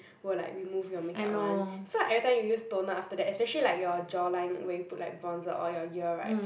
will like remove your makeup [one] so every time you use toner after that especially like your jawline where you put like bronzer or your ear [right]